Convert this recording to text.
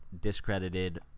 discredited